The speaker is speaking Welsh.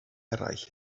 eraill